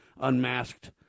unmasked